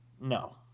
No